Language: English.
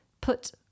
put